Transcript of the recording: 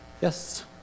Yes